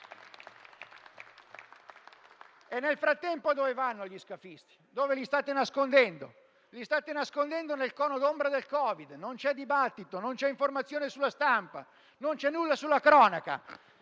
E nel frattempo dove vanno gli scafisti? Dove li state nascondendo? Li state nascondendo nel cono d'ombra del Covid. Non c'è dibattito, non c'è informazione sulla stampa, non c'è nulla sulla cronaca.